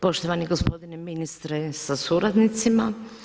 Poštovani gospodine ministre sa suradnicima.